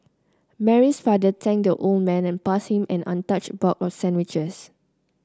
Mary's father thanked the old man and passed him an untouched box of sandwiches